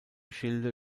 schilde